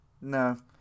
No